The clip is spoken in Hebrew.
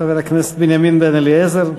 חבר הכנסת בנימין בן-אליעזר.